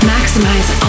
Maximize